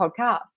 podcast